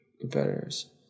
competitors